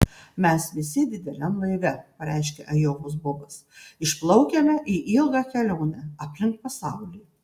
mes visi dideliam laive pareiškė ajovos bobas išplaukiame į ilgą kelionę aplink pasaulį